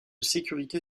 sécurité